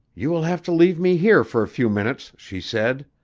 you will have to leave me here for a few minutes she said.